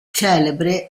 celebre